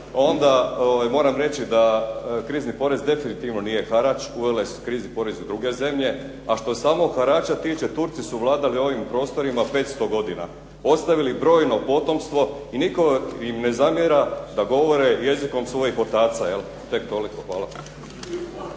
onda moram reći da krizni porez definitivno nije harač, uvele su krizni porez i druge zemlje. A što se samog harača tiče Turci su vladali ovim prostorima 500 godina, ostavili brojno potomstvo i nitko im ne zamjera da govore jezikom svojih otaca. Tek toliko. Hvala.